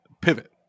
Pivot